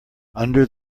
under